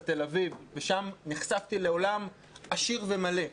תל אביב ושם נחשפתי לעולם עשיר ומלא.